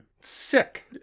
Sick